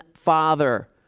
father